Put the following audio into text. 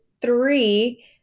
three